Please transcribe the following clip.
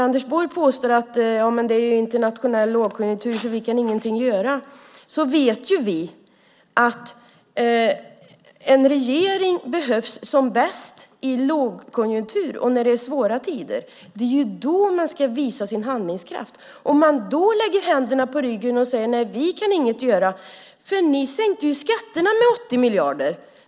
Anders Borg påstår att man inget kan göra på grund av den internationella lågkonjunkturen. Vi vet att en regering behövs som bäst i lågkonjunktur när det är svåra tider. Det är då man ska visa sin handlingskraft och inte lägga händerna bakom ryggen och säga att man inget kan göra. Ni sänkte skatterna med 80 miljarder.